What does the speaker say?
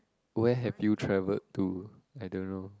where have you traveled to I don't know